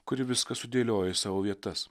kuri viską sudėlioja į savo vietas